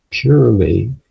purely